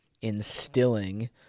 instilling